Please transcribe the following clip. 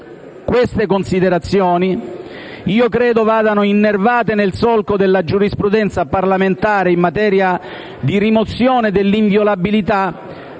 Queste considerazioni credo che vadano innervate nel solco della giurisprudenza parlamentare in materia di rimozione dell'inviolabilità,